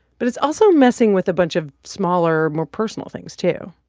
but it's also messing with a bunch of smaller, more personal things, too,